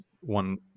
one